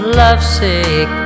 lovesick